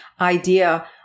idea